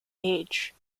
age